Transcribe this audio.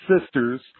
Sisters